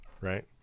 Right